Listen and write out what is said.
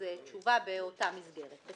אנחנו צריכים תשובה באותה מסגרת.